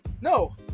no